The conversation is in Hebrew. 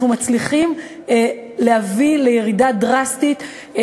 אנחנו מצליחים להביא לירידה דרסטית.